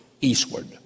eastward